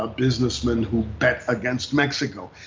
ah businessmen who bet against mexico.